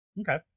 Okay